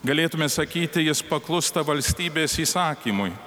galėtume sakyti jis paklūsta valstybės įsakymui